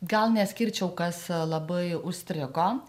gal neskirčiau kas labai užstrigo